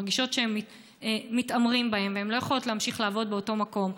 מרגישות שמתעמרים בהן והן לא יכולות להמשיך לעבוד באותו מקום,